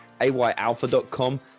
ayalpha.com